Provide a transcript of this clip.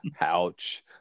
Ouch